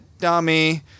dummy